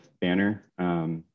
Banner